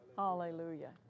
Hallelujah